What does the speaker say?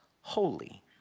holy